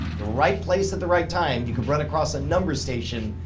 the right place at the right time, you can run across a number station.